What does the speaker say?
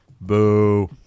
boo